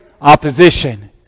opposition